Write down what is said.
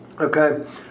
Okay